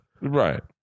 Right